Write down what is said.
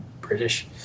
British